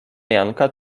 janka